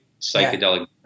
psychedelic